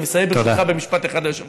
אני מסיים, ברשותך, במשפט אחד, היושב-ראש.